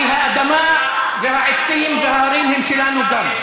כי האדמה והעצים וההרים הם שלנו גם.